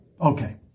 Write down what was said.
okay